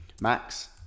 Max